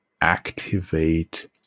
activate